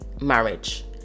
marriage